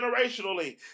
generationally